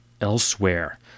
elsewhere